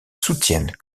soutiennent